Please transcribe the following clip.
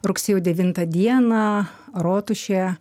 rugsėjo devintą dieną rotušėje